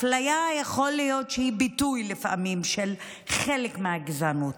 יכול להיות שאפליה היא לפעמים ביטוי של חלק מהגזענות,